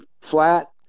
flat